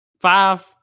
five